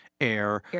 air